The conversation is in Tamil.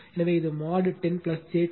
எனவே இது mod 10 j20